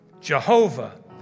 Jehovah